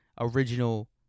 original